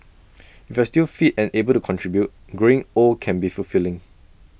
if you're still fit and able to contribute growing old can be fulfilling